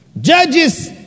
Judges